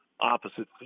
opposite